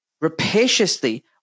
rapaciously